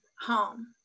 home